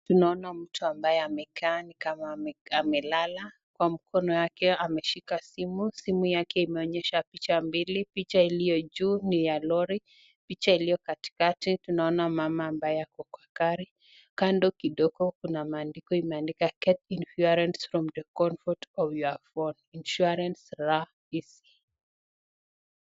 Tunaona mtu ambaye amekaa nikama amelala kwa mkono yake ameshika simu, simu yake imeonyesha picha mbili picha iliyojuu ni ya lori picha iliyo katikati tunaona mama ambaye ako kwa gari kando kidogo kuna maandiko imeandikwa get insuarance from the comfort of your phone insuarance love peace .